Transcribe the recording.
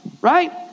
right